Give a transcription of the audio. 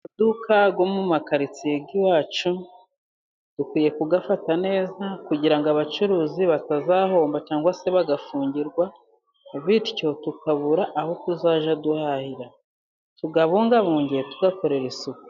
Amaduka yo mu makaritsiye y'iwacu dukwiye kuyafata neza, kugira ngo abacuruzi batazahomba cyangwa se bagafungirwa, bityo tukabura aho tuzajya duhahira. tuyabungabunge tuyakorera isuku.